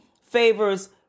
favors